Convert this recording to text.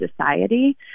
society